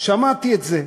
שמעתי את זה.